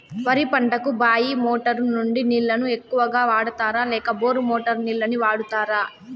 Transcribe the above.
వరి పంటకు బాయి మోటారు నుండి నీళ్ళని ఎక్కువగా వాడుతారా లేక బోరు మోటారు నీళ్ళని వాడుతారా?